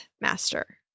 master